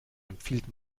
empfiehlt